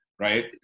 right